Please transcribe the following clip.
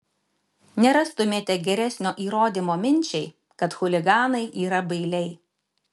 nerastumėte geresnio įrodymo minčiai kad chuliganai yra bailiai